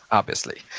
obviously.